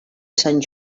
sant